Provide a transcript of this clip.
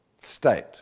state